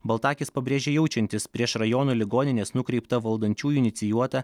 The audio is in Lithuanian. baltakis pabrėžė jaučiantis prieš rajono ligonines nukreiptą valdančiųjų inicijuotą